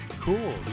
Cool